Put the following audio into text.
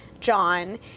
John